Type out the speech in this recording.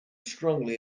strongly